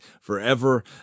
forever